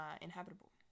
inhabitable